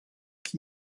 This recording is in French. qui